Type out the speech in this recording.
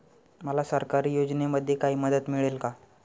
मला सरकारी योजनेमध्ये काही मदत मिळेल का?